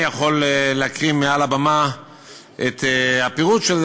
אני יכול להקריא מעל הבמה את הפירוט של זה,